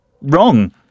wrong